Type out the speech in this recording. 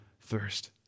thirst